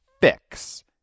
fix